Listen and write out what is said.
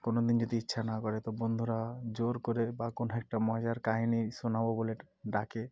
কোনো দিন যদি ইচ্ছা না করে তো বন্ধুরা জোর করে বা কোনো একটা মজার কাহিনি শোনাব বলে ডাকে